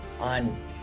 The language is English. on